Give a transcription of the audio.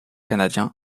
canadien